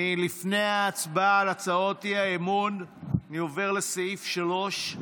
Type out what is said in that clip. לפני ההצבעה על הצעות האי-אמון, אני עובר לסעיף 3: